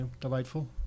delightful